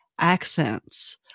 accents